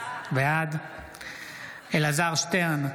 בעד אלעזר שטרן,